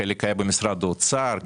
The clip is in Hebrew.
חלק היה במשרד האוצר.